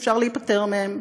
אפשר להיפטר מהם,